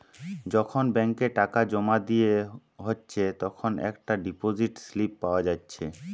যখন ব্যাংকে টাকা জোমা দিয়া হচ্ছে তখন একটা ডিপোসিট স্লিপ পাওয়া যাচ্ছে